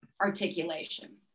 articulation